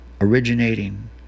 originating